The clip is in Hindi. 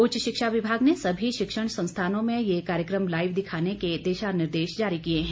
उच्च शिक्षा विभाग ने सभी शिक्षण संस्थानों में ये कार्यक्रम लाईव दिखाने के दिशा निर्देश जारी किए हैं